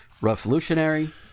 revolutionary